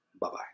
Bye-bye